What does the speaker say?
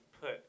put